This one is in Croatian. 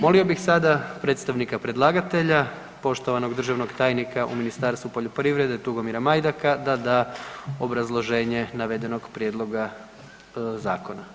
Molio bih sada predstavnika predlagatelja, poštovanog državnog tajnika u Ministarstvu poljoprivrede Tugomira Majdaka da da obrazloženje navedenog prijedloga zakona.